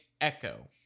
Echo